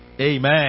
Amen